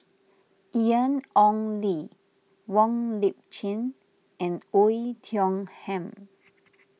Ian Ong Li Wong Lip Chin and Oei Tiong Ham